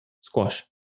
squash